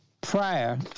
prior